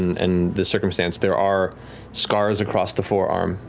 and the circumstances, there are scars across the forearm,